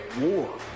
war